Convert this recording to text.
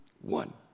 One